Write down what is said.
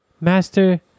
master